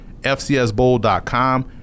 fcsbowl.com